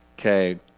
Okay